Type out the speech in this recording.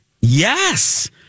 Yes